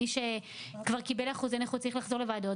מי שקיבל כבר אחוזי נכות צריך לחזור לוועדות,